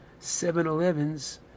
7-elevens